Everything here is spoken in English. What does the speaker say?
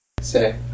Say